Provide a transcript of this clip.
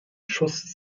schuss